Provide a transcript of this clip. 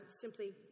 simply